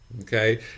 Okay